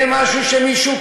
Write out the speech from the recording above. זה משהו שמישהו,